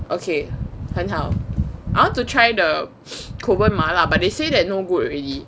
okay 很好 I want to try to the kovan 麻辣 but they say that no good already